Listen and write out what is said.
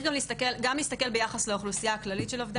גם להסתכל ביחס לאוכלוסייה הכללית של עובדי